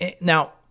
Now